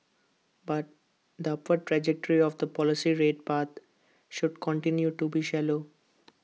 but the upward trajectory of the policy rate path should continue to be shallow